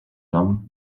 nom